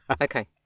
Okay